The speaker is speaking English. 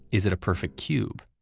is it a perfect cube?